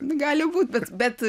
gali būt bet bet